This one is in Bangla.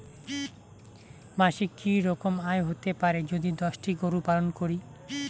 মাসিক কি রকম আয় হতে পারে যদি দশটি গরু পালন করি?